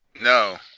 No